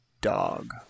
dog